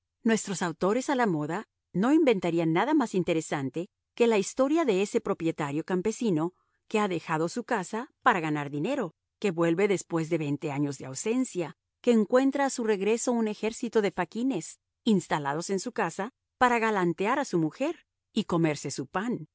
nuestros autores a la moda no inventarán nada más interesante que la historia de ese propietario campesino que ha dejado su casa para ganar dinero que vuelve después de veinte años de ausencia que encuentra a su regreso un ejército de faquines instalados en su casa para galantear a su mujer y comerse su pan